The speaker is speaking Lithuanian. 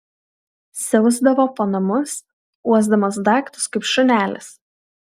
siausdavo po namus uosdamas daiktus kaip šunelis